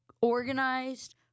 organized